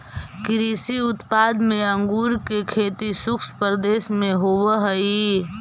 कृषि उत्पाद में अंगूर के खेती शुष्क प्रदेश में होवऽ हइ